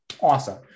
Awesome